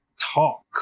talk